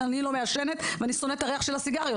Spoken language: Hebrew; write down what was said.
אני לא מעשנת ואני שונאת את הריח של הסיגריות,